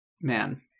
Man